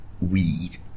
weed